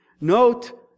Note